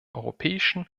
europäischen